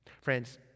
Friends